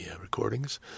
recordings